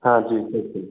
हाँ जी जी